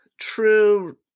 true